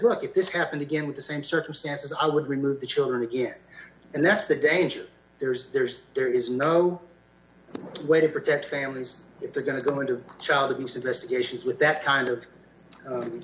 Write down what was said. look if this happened again with the same circumstances i would remove the children again and that's the danger there's there's there is no way to protect families if they're going to going to child abuse investigations with that kind of